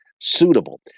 suitable